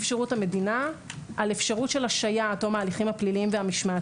שירות המדינה על אפשרות של השעיה עד תום ההליכים הפליליים והמשמעתיים.